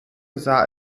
sah